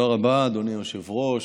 תודה רבה, אדוני היושב-ראש.